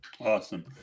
Awesome